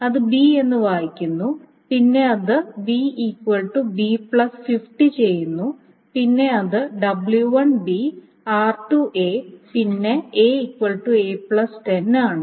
അത് b എന്ന് വായിക്കുന്നു പിന്നെ അത് b b50 ചെയ്യുന്നു പിന്നെ അത് w1 r2 പിന്നെ a a10 ആണ്